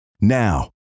Now